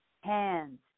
Hands